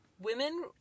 Women